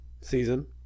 season